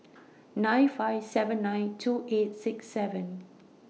nine five seven nine two eight six seven